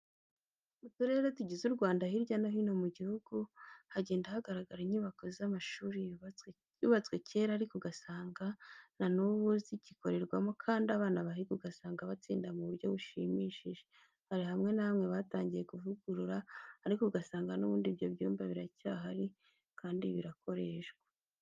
Mu turere tugize u Rwanda hirya no hino mu gihugu, hagenda hagaragara inyubako z'amashuri yubatswe kera ariko ugasanga na n'ubu zigikorerwamo kandi abana bahiga ugasanga batsinda mu buryo bushimishije. Hari hamwe na hamwe batangiye kuvugurura ariko ugasanga n'ubundi ibyo byumba biracyahari kandi birakoreshwa.